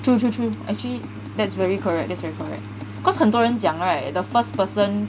true true true actually that's very correct that's very correct cause 很多人讲 right the first person